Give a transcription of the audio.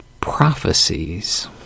prophecies